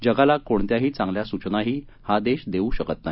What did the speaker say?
जगाला कोणत्याही चांगल्या सूचनाही हा देश देऊ शकत नाही